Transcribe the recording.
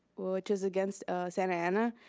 which is against santa ana,